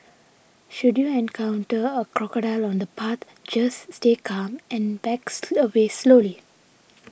should you encounter a crocodile on the path just stay calm and backs away slowly